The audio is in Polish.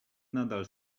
nadal